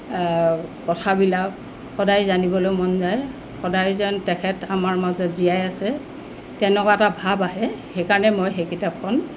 কথাবিলাক সদায় জানিবলৈ মন যায় সদায় যেন তেখেত আমাৰ মাজত জীয়াই আছে তেনেকুৱা এটা ভাৱ আহে সেইকাৰণে মই সেই কিতাপখন